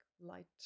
light